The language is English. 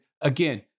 again